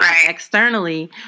externally